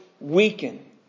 weaken